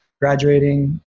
graduating